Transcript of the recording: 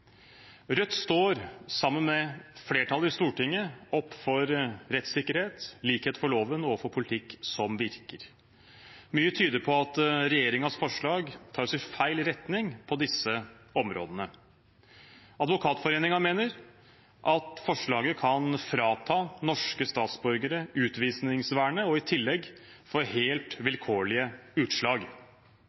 Rødt står sammen med flertallet i Stortinget opp for rettssikkerhet, likhet for loven og politikk som virker. Mye tyder på at regjeringens forslag tar oss i feil retning på disse områdene. Advokatforeningen mener at forslaget kan frata norske statsborgere utvisningsvernet og i tillegg få helt vilkårlige utslag.